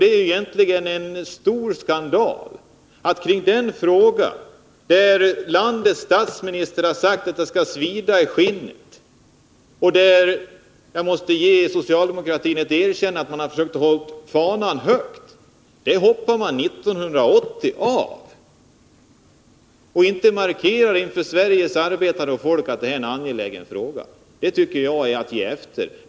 Det är egentligen en stor skandal att ni hoppar av det krav beträffande vilket landets statsminister uttalat att det skall svida i skinnet. Jag måste ge socialdemo 59 kraterna ett erkännande för att de i detta fall försökt att hålla fanan högt, men nu hoppar man 1980 av detta krav och markerar inte inför Sveriges folk att det är en angelägen fråga. Det tycker jag är att ge efter.